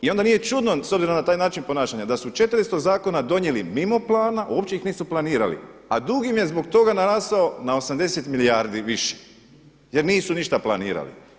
I onda nije čudno s obzirom na taj način ponašanja da su 400 zakona donijeli mimo plana, uopće ih nisu planirali a dug im je zbog toga narasao na 80 milijardi više jer nisu ništa planirali.